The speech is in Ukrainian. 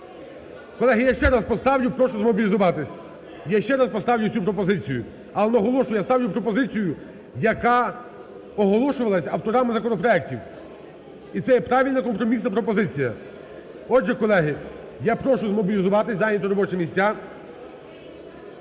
Прошу змобілізуватися, я ще раз поставлю цю пропозицію. Але, наголошую, я ставлю пропозицію, яка оголошувалась авторами законопроектів, і це є правильна, компромісна пропозиція. Отже, колеги, я прошу змобілізуватися, зайняти робочі місця.